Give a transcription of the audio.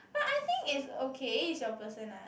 but I think is okay it's your personal